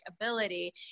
ability